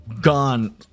gone